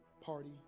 party